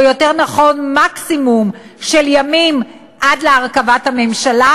או יותר נכון מקסימום של ימים עד להרכבת הממשלה?